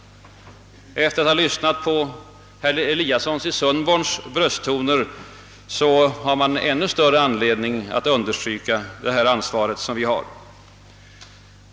Efter att ha lyssnat på herr Eliassons i Sundborn brösttoner har man ännu större anledning att understryka det ansvar som vi har.